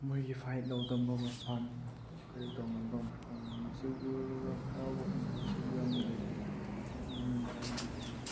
ꯃꯣꯏꯒꯤ ꯃꯐꯝ ꯀꯔꯤ ꯇꯧꯅꯕ ꯃꯐꯝꯁꯤ ꯎꯔꯒ ꯍꯔꯥꯎ ꯀꯨꯝꯃꯩꯁꯨ ꯌꯥꯝ ꯂꯩ ꯑꯗꯨꯅ